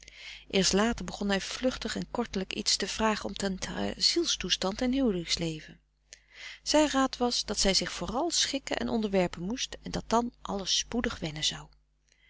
eerst later begon hij vluchtig en kortelijk iets te vragen omtrent haar ziels toestand en huwelijksleven zijn raad was dat zij zich vooral schikken en onderwerpen moest en dat dan alles spoedig wennen zou